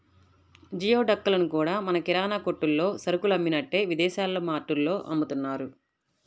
geoduck లను కూడా మన కిరాణా కొట్టుల్లో సరుకులు అమ్మినట్టే విదేశాల్లో మార్టుల్లో అమ్ముతున్నారు